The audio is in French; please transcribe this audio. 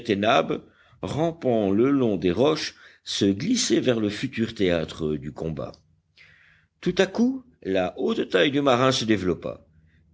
rampant le long des roches se glissaient vers le futur théâtre du combat tout à coup la haute taille du marin se développa